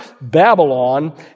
Babylon